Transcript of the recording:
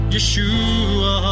Yeshua